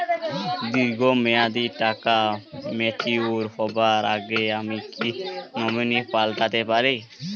দীর্ঘ মেয়াদি টাকা ম্যাচিউর হবার আগে আমি কি নমিনি পাল্টা তে পারি?